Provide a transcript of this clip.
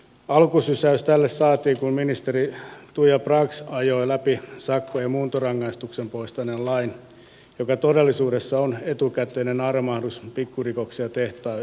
alkusysäys tälle saatiin kun ministeri tuija brax ajoi läpi sakkojen muuntorangaistuksen poistaneen lain joka todellisuudessa on etukäteinen armahdus pikkurikoksia tehtaileville